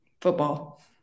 football